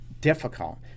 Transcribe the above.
difficult